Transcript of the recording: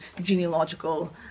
genealogical